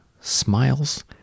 smiles